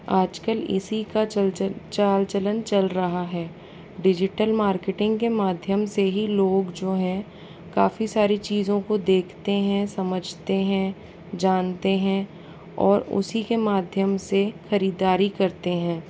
आजकल इसी का चल चल चाल चलन चल रहा है डिजिटल मार्केटिंग के माध्यम से ही लोग जो हैं काफ़ी सारी चीज़ों को देखते हैं समझते हैं जानते हैं और उसी के माध्यम से खरीदारी करते हैं